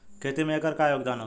खेती में एकर का योगदान होखे?